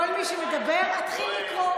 כל מי שמדבר, אתחיל לקרוא.